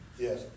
Yes